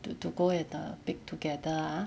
to to go and uh bake together ah